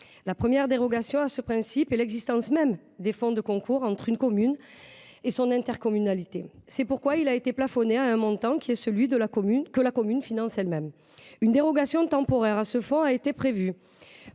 La première dérogation à ce principe est l’existence même des fonds de concours entre une commune et son intercommunalité. C’est pourquoi il a été plafonné à un montant qui est celui que la commune finance elle-même. Une dérogation temporaire à ce plafond a été prévue